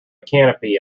canopy